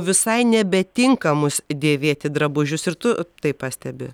visai nebetinkamus dėvėti drabužius ir tu tai pastebi